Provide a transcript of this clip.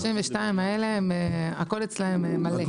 לא, לא, ה-32 האלה, הכול אצלם מלא.